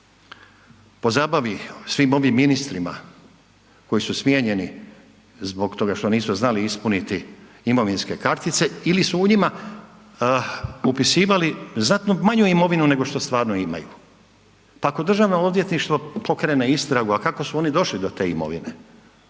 pozabavi svim ovim ministrima koji su smijenjeni zbog toga što nisu znali ispuniti imovinske kartice ili su u njima upisali znatno manju imovinu nego što stvarno imaju. Pa ako Državno odvjetništvo pokrene istragu, a kako su oni došli do te imovine,